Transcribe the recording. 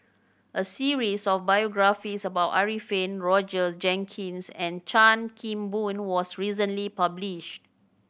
a series of biographies about Arifin Roger Jenkins and Chan Kim Boon was recently published